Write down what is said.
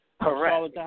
Correct